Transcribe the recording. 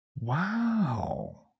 Wow